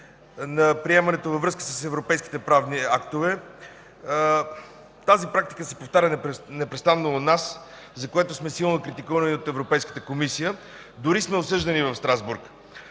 на приемането във връзка с европейските правни актове. Тази практика се повтаря непрестанно у нас, за което сме силно критикувани от Европейската комисия, дори сме осъждани в Страсбург.